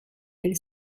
elle